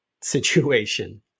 situation